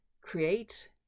create